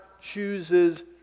chooses